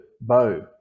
bow